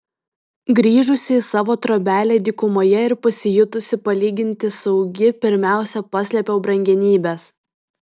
grįžusi į savo trobelę dykumoje ir pasijutusi palyginti saugi pirmiausia paslėpiau brangenybes